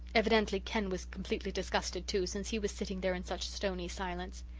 evidently ken was completely disgusted, too, since he was sitting there in such stony silence.